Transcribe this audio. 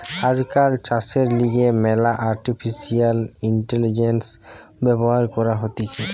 আজকাল চাষের লিগে ম্যালা আর্টিফিশিয়াল ইন্টেলিজেন্স ব্যবহার করা হতিছে